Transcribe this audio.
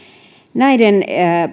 näiden